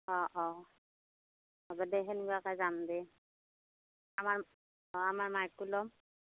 অঁ অঁ হ'ব দে তেনেকুৱাকৈ যাম দে আমাৰ অঁ আমাৰ মাইকো লম